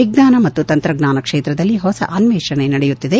ವಿಜ್ವಾನ ಮತ್ತು ತಂತ್ರಜ್ಞಾನ ಕ್ಷೇತ್ರದಲ್ಲಿ ಹೊಸ ಅನ್ವೇಷಣೆ ನಡೆಯುತ್ತಿದೆ